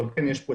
אבל יש הישגים,